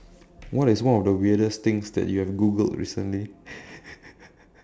what is one of the weirdest things that you have Googled recently